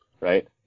right